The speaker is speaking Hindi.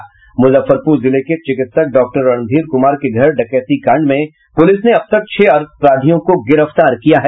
मुजफ्फरपुर जिले के चिकित्सक डॉक्टर रणधीर कुमार के घर डकैती कांड में पुलिस ने अब तक छह अपराधियों को गिरफ्तार किया है